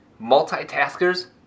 multitaskers